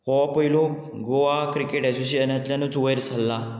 हो पयलू गोवा क्रिकेट एसोसिएशनांतल्यानूच वयर सरला